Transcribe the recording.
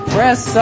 Press